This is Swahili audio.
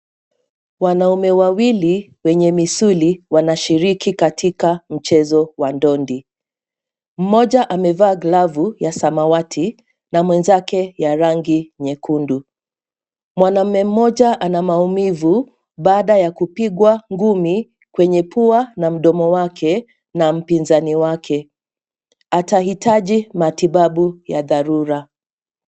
Wanaume wawili wenye misuli wanashiriki katika mchezo wa dondi. Mmoja amevaa glavu ya samawati na mwenzake ya rangi nyekundu. Mwanamume mmoja ana maumivu baada ya kupigwa ngumi kwenye pua na mdomo wake na mpinzani wake. Atahitaji matibabu ya dharura.